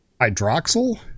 Hydroxyl